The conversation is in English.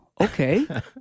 okay